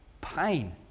pain